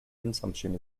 consumption